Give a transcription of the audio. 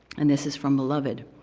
and this is from beloved,